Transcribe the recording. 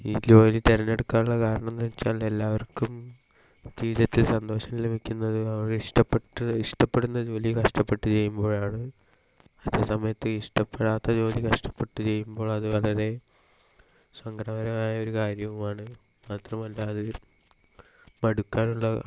ഈ ജോലി തിരഞ്ഞെടുക്കാനുള്ള കാരണമെന്നു വെച്ചാൽ എല്ലാവർക്കും ജീവിതത്തിൽ സന്തോഷം ലഭിക്കുന്നത് അവർ ഇഷ്ടപ്പെട്ട ഇഷ്ടപ്പെടുന്ന ജോലി കഷ്ടപ്പെട്ട് ചെയ്യുമ്പോഴാണ് അതേസമയത്ത് ഇഷ്ടപ്പെടാത്ത ജോലി കഷ്ടപ്പെട്ട് ചെയ്യുമ്പോൾ അത് വളരെ സങ്കടകരമായ ഒരു കാര്യവുമാണ് മാത്രമല്ല അത് മടുക്കാനുള്ള